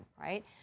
right